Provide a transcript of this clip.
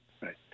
Right